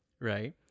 right